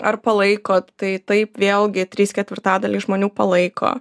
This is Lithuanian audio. ar palaiko tai taip vėlgi trys ketvirtadaliai žmonių palaiko